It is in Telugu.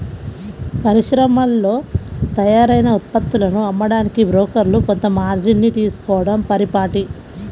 పరిశ్రమల్లో తయారైన ఉత్పత్తులను అమ్మడానికి బ్రోకర్లు కొంత మార్జిన్ ని తీసుకోడం పరిపాటి